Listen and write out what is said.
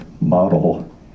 model